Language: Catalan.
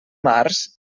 març